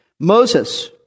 Moses